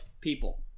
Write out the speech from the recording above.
people